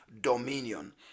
dominion